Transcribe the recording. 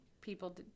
people